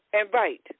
Invite